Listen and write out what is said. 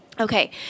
Okay